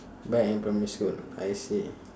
back in primary school I see